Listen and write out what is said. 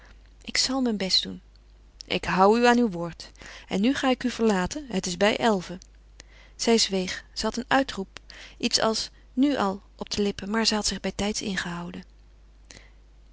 ik zal mijn best doen ik hoû u aan uw woord en nu ga ik u verlaten het is bij elven zij zweeg zij had een uitroep iets als nu al op de lippen maar zij had zich bijtijds ingehouden